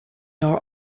are